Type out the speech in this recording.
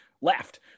left